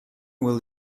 will